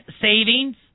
savings